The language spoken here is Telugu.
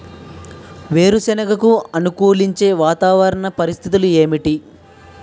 వేరుసెనగ కి అనుకూలించే వాతావరణ పరిస్థితులు ఏమిటి?